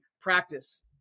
practice